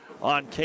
on